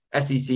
SEC